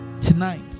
tonight